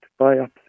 biopsy